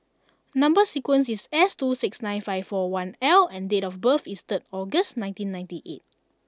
number sequence is S two six nine seven five four one L and date of birth is third August nineteen ninety eight